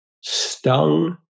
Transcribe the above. stung